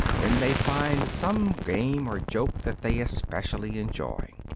when they find some game or joke that they specially enjoy.